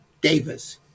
Davis